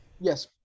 Yes